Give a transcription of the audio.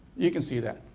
you can see that